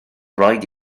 rhaid